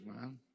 man